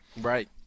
Right